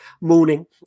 morning